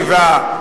התשע"א 2011,